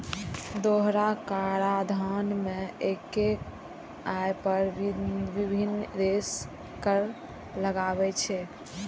दोहरा कराधान मे एक्के आय पर विभिन्न देश कर लगाबै छै